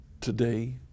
today